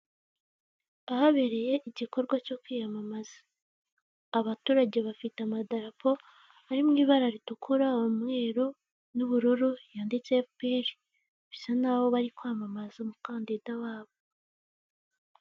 Ahabereye igikorwa cyo kwiyamamaza. Abaturage bafite amadarapo ari mu ibara ritukura umwero n'ubururu yanditseho rfuperi bisa naho bari kwamamaza umukandida wabo.